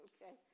Okay